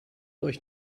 euch